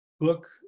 book